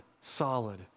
solid